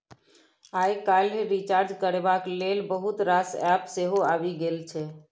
आइ काल्हि रिचार्ज करबाक लेल बहुत रास एप्प सेहो आबि गेल छै